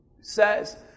Says